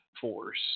force